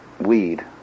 weed